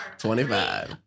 25